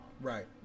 Right